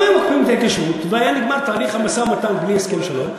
אם היו מקפיאים את ההתיישבות ותהליך המשא-ומתן היה נגמר בלי הסכם שלום,